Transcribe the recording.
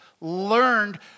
learned